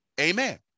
Amen